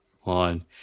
one